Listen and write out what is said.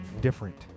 different